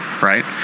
right